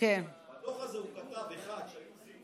אליקים רובינשטיין, הוא כתב דוח, מסכם,